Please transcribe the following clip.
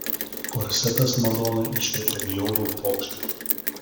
korsetas madonai iškrėtė bjaurų pokštą